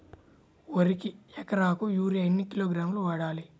వరికి ఎకరాకు యూరియా ఎన్ని కిలోగ్రాములు వాడాలి?